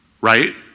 right